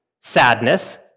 sadness